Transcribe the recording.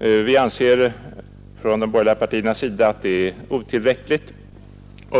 Vi anser från de borgerliga partiernas sida att det är otillräckligt.